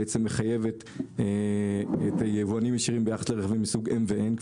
מחייבת את היבואנים הישירים ביחס לרכיבים מסוג M ו-N,